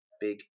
big